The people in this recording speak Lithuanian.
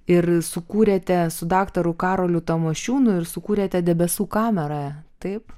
ir sukūrėte su daktaru karoliu tamošiūnu ir sukūrėte debesų kamerą taip